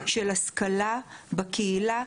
של השכלה בקהילה,